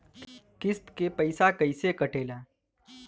किस्त के पैसा कैसे कटेला?